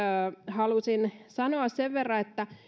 halusin sanoa sen verran että